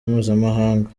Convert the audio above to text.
mpuzamahanga